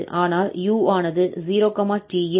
ஆனால் u ஆனது 0 𝑡 ல்